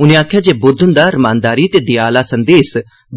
उनें आखेआ जे बुद्ध हुंदा रमानदारी ते दया आहला संदेस